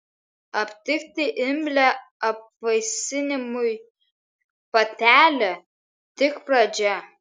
aptikti imlią apvaisinimui patelę tik pradžia